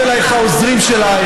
באים אלייך העוזרים שלך,